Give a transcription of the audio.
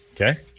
Okay